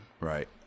Right